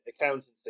accountancy